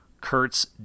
kurtz